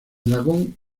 dragón